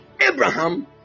Abraham